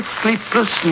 sleepless